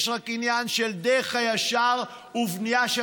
יש רק עניין של דרך הישר ובנייה של